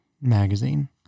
Magazine